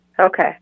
Okay